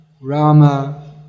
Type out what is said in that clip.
Rama